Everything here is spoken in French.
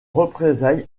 représailles